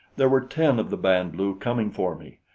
there were ten of the band-lu coming for me.